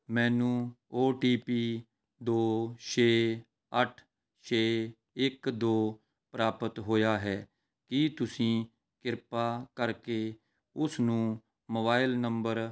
ਮੈਨੂੰ O T P ਦੋ ਛੇ ਅੱਠ ਛੇ ਇੱਕ ਦੋ ਪ੍ਰਾਪਤ ਹੋਇਆ ਹੈ ਕੀ ਤੁਸੀਂ ਕਿਰਪਾ ਕਰਕੇ ਉਸ ਨੂੰ ਮੋਬਾਇਲ ਨੰਬਰ